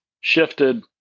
shifted